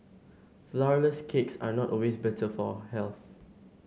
flourless cakes are not always better for health